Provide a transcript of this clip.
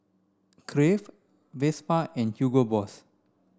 Crave Vespa and Hugo Boss